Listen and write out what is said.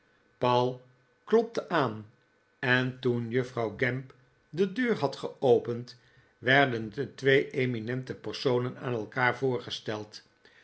paul klopte aan en toen juffrouw gamp de deur had geopend werden de twee eminente personen aan elkaar voorgesteld